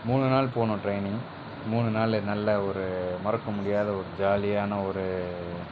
மூணு நாள் போனோம் ட்ரைனிங் மூணு நாள் நல்ல ஒரு மறக்கமுடியாத ஒரு ஜாலியான ஒரு